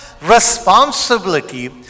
responsibility